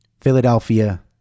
Philadelphia